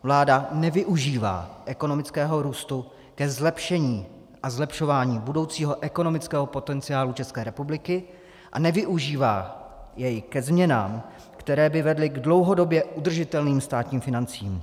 Vláda nevyužívá ekonomického růstu ke zlepšení, ke zlepšování budoucího ekonomického potenciálu České republiky, nevyužívá jej ke změnám, které by vedly k dlouhodobě udržitelným státním financím.